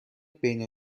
بین